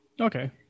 okay